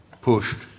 pushed